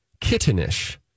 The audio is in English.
Kittenish